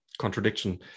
contradiction